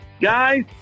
Guys